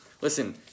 Listen